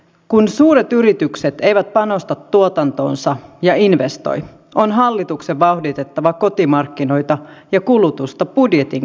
kun suuret yritykset eivät panosta tuotantoonsa ja investoi on hallituksen vauhditettava kotimarkkinoita ja kulutusta budjetin kautta